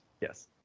Yes